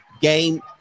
game